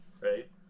Right